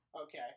Okay